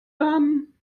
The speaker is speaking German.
damen